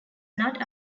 not